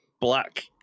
black